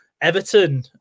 Everton